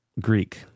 Greek